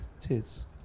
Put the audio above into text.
Tits